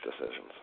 decisions